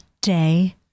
Day